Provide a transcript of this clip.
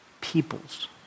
peoples